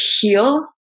heal